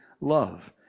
love